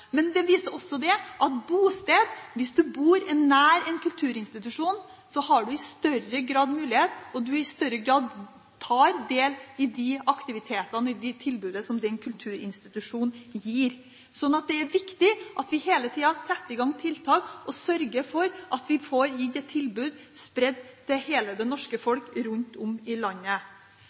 Men det viser også at hvis du bor nær en kulturinstitusjon, har du i større grad mulighet til å ta del i de aktivitetene og tilbudene som den kulturinstitusjonen gir. Så det er viktig at vi hele tida setter i gang tiltak og sørger for at vi får gitt et tilbud og spredd det, til hele det norske folk rundt om i landet.